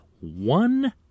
one